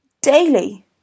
daily